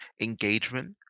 engagement